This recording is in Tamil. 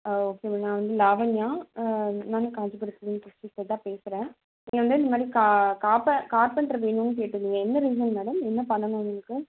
ஆ ஓகே மேம் நான் வந்து லாவண்யா நான் காஞ்சிபுரத்திலேருந்து பேசுகிறேன் நீங்கள் வந்து இந்தமாதிரி கா காப்ப கார்பென்ட்ரு வேணும்னு கேட்டிருந்தீங்க என்ன ரீஸன் மேடம் என்ன பண்ணணும் உங்களுக்கு